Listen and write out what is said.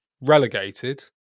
relegated